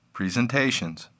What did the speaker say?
Presentations